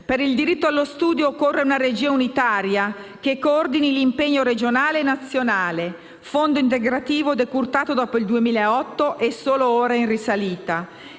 Per il diritto allo studio occorre una regia unitaria che coordini l'impegno regionale e nazionale (il fondo integrativo è stato decurtato dopo il 2008 e solo ora è in risalita),